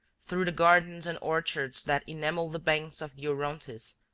through the gardens and orchards that enamel the banks of the orontes,